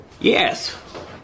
Yes